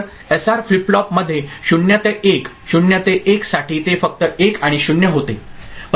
तर SR flip फ्लॉपमध्ये 0 ते 1 0 ते 1 साठी ते फक्त 1 आणि 0 होते ठीक